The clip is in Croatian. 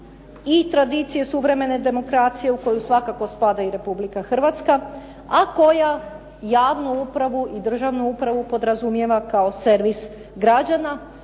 i tradicije suvremene demokracije u koju svakako spada i Republika Hrvatska, a koja javnu upravu i državnu upravu podrazumijeva kao servis građana,